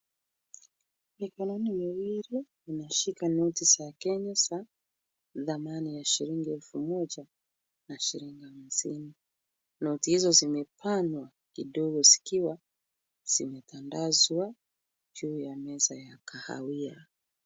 Mikononi miwili imeshika noti za Kenya za dhamani ya shilingi elfu moja na shilingi hamsini. Noti hizo zimebanwa kidogo zikiwa zimetandazwa juu ya meza ya kahawia.